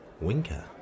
Winker